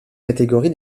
catégorie